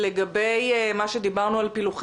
לגבי הפילוחים שדיברנו עליו,